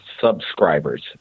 subscribers